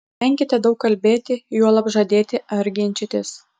venkite daug kalbėti juolab žadėti ar ginčytis